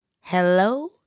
Hello